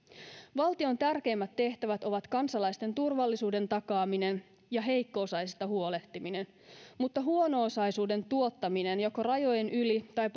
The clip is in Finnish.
valtion tärkeimmät tehtävät ovat kansalaisten turvallisuuden takaaminen ja heikko osaisista huolehtiminen mutta huono osaisuuden tuottaminen joko rajojen yli tai